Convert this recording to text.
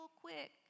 quick